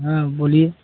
हाँ बोलिए